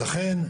לכן,